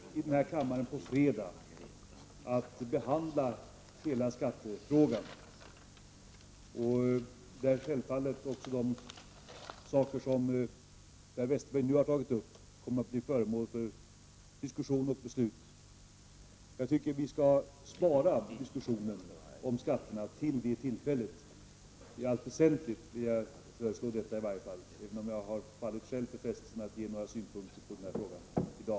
Herr talman! Vi kommer i denna kammare på fredag att behandla hela skattefrågan. Då kommer självfallet också de punkter som Per Westerberg nu har tagit upp att bli föremål för diskussion och beslut. Jag tycker att vi skall spara diskussionen om skatterna till det tillfället. Jag vill föreslå detta i allt väsentligt, även om jag själv har fallit för frestelsen att ge några synpunkter på den här frågan i dag.